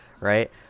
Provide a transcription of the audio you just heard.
Right